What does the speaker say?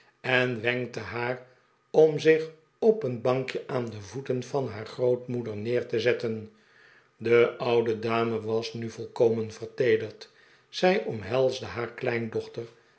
en wenkte haar om zich op een bankje aan de voeten van haar grootmoeder neer te zetten de oude dame was nu volkomen verteederd zij omhelsde haar kleindochter